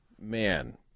Man